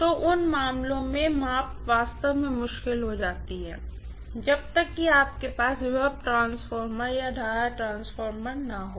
तो उन मामलों में माप वास्तव में मुश्किल हो जाते हैं जब तक कि आपके पास वोल्टेज ट्रांसफार्मर और करंट ट्रांसफार्मर न हो